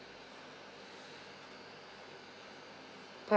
pa~